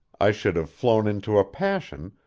i should have flown into a passion,